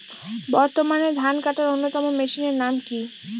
বর্তমানে ধান কাটার অন্যতম মেশিনের নাম কি?